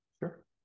Sure